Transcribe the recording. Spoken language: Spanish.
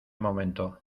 momento